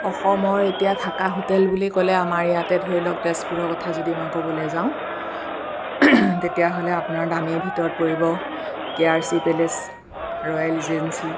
অসমৰ এতিয়া থকা হোটেল বুলি ক'লে আমাৰ ইয়াতে ধৰি লওঁক তেজপুৰৰ কথা যদি মই ক'বলৈ যাওঁ তেতিয়াহ'লে আপোনাৰ দামীৰ ভিতৰত পৰিব K R C Palace Royal regency